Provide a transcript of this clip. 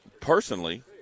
personally